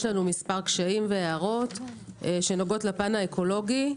יש לנו מספר קשיים והערות שנוגעים לפן האקולוגי.